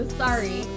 sorry